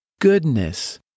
goodness